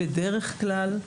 בדרך כלל,